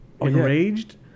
enraged